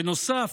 בנוסף,